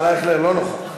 לא נוכח.